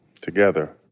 Together